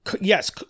Yes